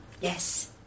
Yes